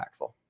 impactful